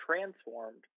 transformed